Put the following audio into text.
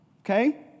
Okay